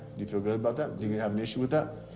you feel good about that, you gonna have an issue with that?